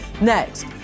Next